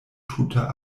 tuta